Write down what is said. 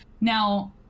Now